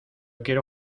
quiero